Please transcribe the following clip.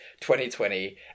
2020